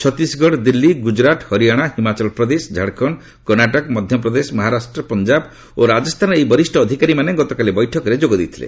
ଛତିଶଗଡ ଦିଲ୍ଲୀ ଗୁଜରାଟ ହରିୟାଣା ହିମାଚଳ ପ୍ରଦେଶ ଝାଡଖଣ୍ଡ କର୍ଣ୍ଣାଟକ ମଧ୍ୟପ୍ରଦେଶ ମହାରାଷ୍ଟ୍ରପଞ୍ଜାବ ଓ ରାଜସ୍ଥାନର ଏହି ବରିଷ୍ଣ ଅଧିକାରୀମାନେ ଗତକାଲି ବୈଠକରେ ଯୋଗଦେଇଥିଲେ